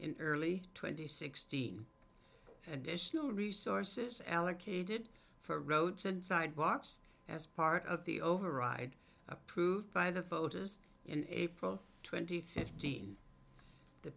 in early twenty sixteen additional resources allocated for roads and sidewalks as part of the override approved by the voters in april twenty fifth dean the